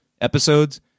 episodes